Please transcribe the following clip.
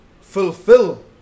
fulfill